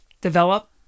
develop